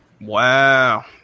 Wow